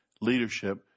leadership